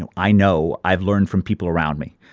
and i know i've learned from people around me.